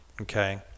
Okay